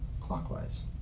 clockwise